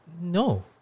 no